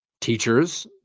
Teachers